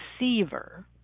receiver